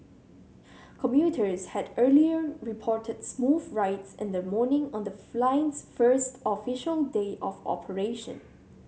commuters had earlier reported smooth rides in the morning on the flying first official day of operation